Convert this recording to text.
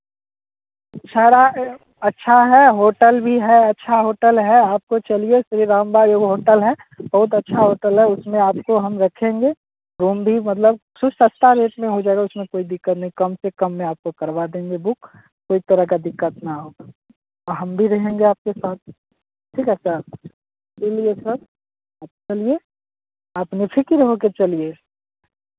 अच्छा है होटल भी है अच्छा होटल है आपको चलिए श्री राम बाई एगो होटल है बहुत अच्छा होटल है उसमें आपको हम रखेंगे रूम भी मतलब सु सस्ता रेट में हो जाएगा उसमें कोई दिक्कत नहीं कम से कम में आपको करवा देंगे बुक कोई तरह का दिक्कत ना हो हम भी रहेंगे आपके साथ ठीक है सर इसलिए सर आप चलिए आप नीफिक्र हो कर चलिए